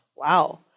Wow